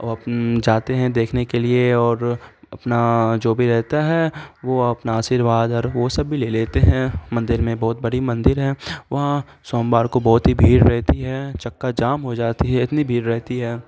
وہ اپنا جاتے ہیں دیکھنے کے لیے اور اپنا جو بھی رہتا ہے وہ اپنا آشیرواد اور وہ سب بھی لے لیتے ہیں مندر میں بہت بڑی مندر ہے وہاں سوموار کو بہت ہی بھیڑ رہتی ہے چکہ جام ہو جاتی ہے اتنی بھیڑ رہتی ہے